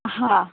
હા